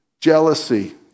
jealousy